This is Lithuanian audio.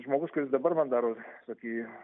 žmogus kuris dabar man daro tokį